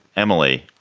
emily,